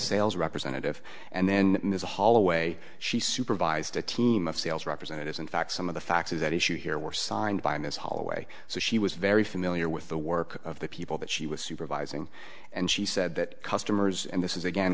sales representative and then in the holloway she supervised a team of sales representatives in fact some of the faxes that issue here were signed by ms holloway so she was very familiar with the work of the people that she was supervising and she said that customers and this is again